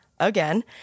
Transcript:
again